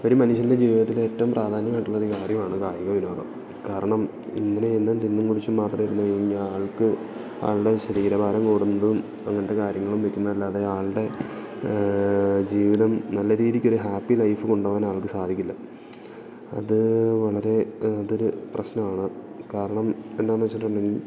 ഒരു മനുഷ്യൻ്റെ ജീവിതത്തില് ഏറ്റവും പ്രധാനമായിട്ടുള്ളൊരു കാര്യമാണ് കായികവിനോദം കാരണം ഇങ്ങനെ എന്നും തിന്നും കുടിച്ചും മാത്രമിരുന്ന് കഴിഞ്ഞ ആൾക്ക് ആളുടെ ശരീരഭാരം കൂടുന്നതും അങ്ങനത്തെ കാര്യങ്ങളും വെക്കുന്നതല്ലാതെ ആളുടെ ജീവിതം നല്ല രീതിക്കൊരു ഹാപ്പി ലൈഫ് കൊണ്ടുപോകാനാൾക്കു സാധിക്കില്ല അതു വളരെ അതൊരു പ്രശ്നമാണ് കാരണം എന്താണെന്നുവച്ചിട്ടുണ്ടെങ്കില്